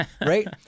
right